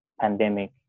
pandemic